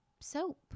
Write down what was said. soap